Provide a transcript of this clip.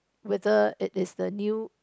whether it is the new